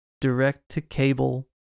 direct-to-cable